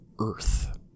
Earth